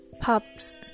pubs